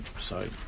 Sorry